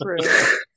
true